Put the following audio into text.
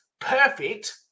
perfect